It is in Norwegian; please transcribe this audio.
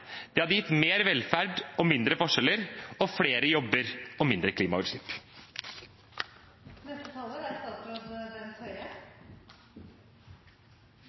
Det hadde blitt mer velferd, mindre forskjeller, flere jobber og mindre klimautslipp. Representanten Fredric Holen Bjørdal er